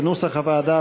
כנוסח הוועדה,